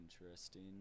interesting